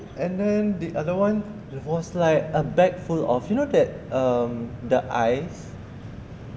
and then the other one was like a bag full of you know that mm the eyes